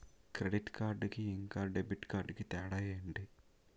Credit card కి ఇంకా debit card కి తేడా ఏంటి?